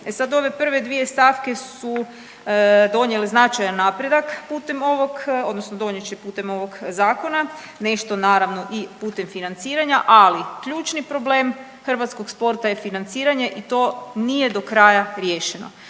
sad ove prve dvije stavke su donijele značajan napredaka putem ovog odnosno donijet će putem ovog zakona, nešto naravno i putem financiranja, ali ključni problem hrvatskog sporta je financiranje i to nije do kraja riješeno.